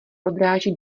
odráží